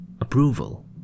approval